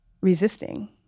resisting